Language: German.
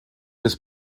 des